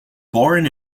born